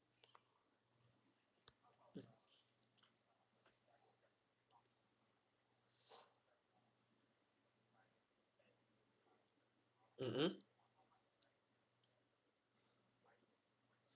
mmhmm